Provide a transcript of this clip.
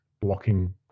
blocking